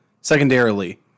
Secondarily